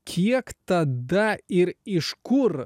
kiek tada ir iš kur